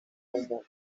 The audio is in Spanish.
como